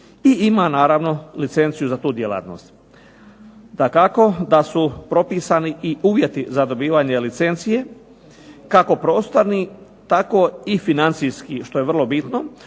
ima naravno licenciju naravno za tu djelatnost. Dakako da su propisani i uvjeti za dobivanje licencije kako prostorni tako i financijski što je vrlo bitno